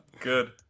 good